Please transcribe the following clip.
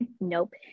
nope